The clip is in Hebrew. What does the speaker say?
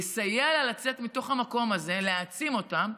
לסייע לה לצאת מתוך המקום הזה, להעצים אותה.